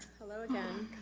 hello, again.